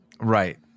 Right